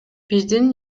биздин